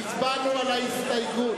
הצבענו על ההסתייגות.